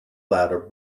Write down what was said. ladder